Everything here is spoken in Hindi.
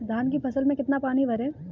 धान की फसल में कितना पानी भरें?